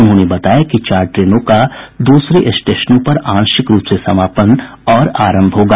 उन्होंने बताया कि चार ट्रेनों का दूसरे स्टेशनों पर आंशिक रूप से समापन और आरंभ होगा